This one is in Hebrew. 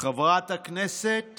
חברת הכנסת